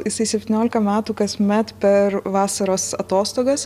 jisai septyniolika metų kasmet per vasaros atostogas